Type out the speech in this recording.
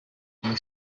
you